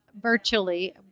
virtually